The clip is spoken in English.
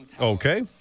Okay